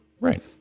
Right